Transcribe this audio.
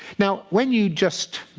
now, when you just